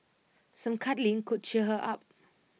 some cuddling could cheer her up